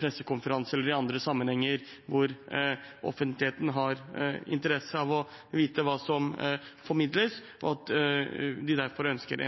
pressekonferanser eller i andre sammenhenger hvor offentligheten har interesse av å vite hva som formidles, og at de derfor ønsker